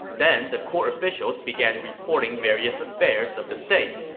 then, the court officials began reporting various affairs of the state.